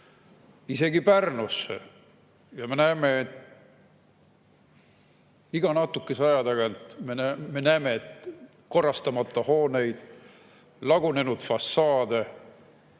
isegi Pärnusse ja me näeme iga natukese aja tagant korrastamata hooneid, lagunenud fassaade,